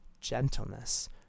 gentleness